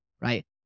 right